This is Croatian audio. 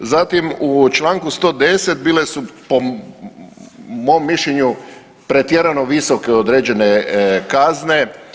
Zatim u članku 110. bile su po mom mišljenju pretjerano visoke određene kazne.